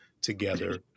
together